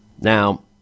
Now